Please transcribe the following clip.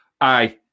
Aye